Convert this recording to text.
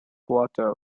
quarter